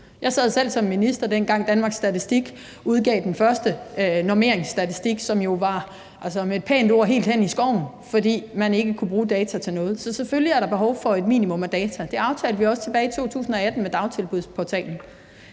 Jeg sad selv som minister, dengang Danmarks Statistik udgav den første normeringsstatistik, som jo, med et pænt ord, var helt hen i skoven, fordi man ikke kunne bruge de data til noget. Så selvfølgelig er der behov for et minimum af data. Det aftalte vi også tilbage i 2018 med dagtilbudsportalen.